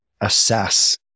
assess